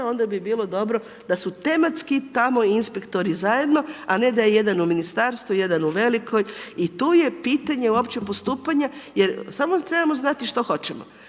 onda bi bilo dobro da su tematski tamo inspektori zajedno, a ne da je jedan u Ministarstvu, jedan u Velikoj i to je pitanje uopće postupanja jer samo trebamo znati što hoćemo.